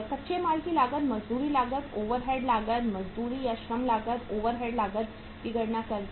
कच्चे माल की लागत मजदूरी लागत ओवरहेड लागत मजदूरी या श्रम लागत ओवरहेड लागत की गणना करके